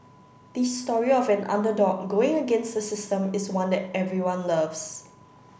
the story of an underdog going against the system is one that everyone loves